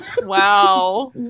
Wow